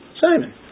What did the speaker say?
Simon